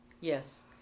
Yes